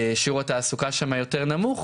שיעור התעסוקה שם יותר נמוך.